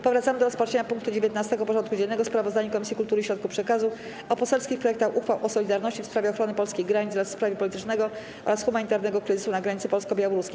Powracamy do rozpatrzenia punktu 19. porządku dziennego: Sprawozdanie Komisji Kultury i Środków Przekazu o poselskich projektach uchwał o solidarności w sprawie ochrony polskich granic oraz w sprawie politycznego oraz humanitarnego kryzysu na granicy polsko-białoruskiej.